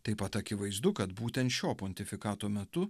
taip pat akivaizdu kad būtent šio pontifikato metu